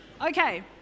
Okay